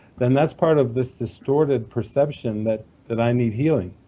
then that's part of this distorted perception that that i need healing.